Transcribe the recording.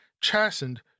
chastened